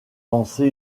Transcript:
lancé